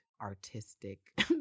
artistic